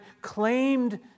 claimed